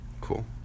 Cool